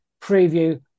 preview